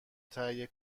تهیه